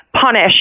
punish